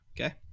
Okay